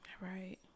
Right